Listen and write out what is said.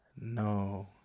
No